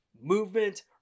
movement